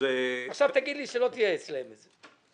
עכשיו תגיד לי שלא תייעץ להם את זה.